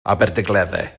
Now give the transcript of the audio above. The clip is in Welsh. aberdaugleddau